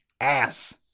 ass